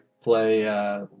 play